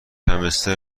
همستر